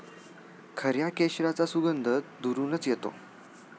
खऱ्या केशराचा सुगंध दुरूनच येतो